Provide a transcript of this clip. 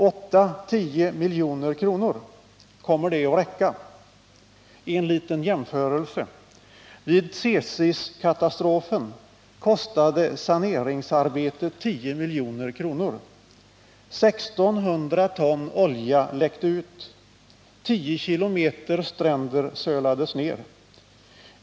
8-10 milj.kr.? Kommer det att räcka? En liten jämförelse: Vid Tsésiskatastrofen kostade saneringsarbetet 10 milj.kr. I 600 ton olja läckte ut. 10 km stränder sölades ned.